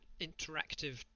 interactive